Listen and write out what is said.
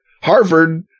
Harvard